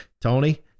Tony